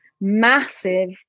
massive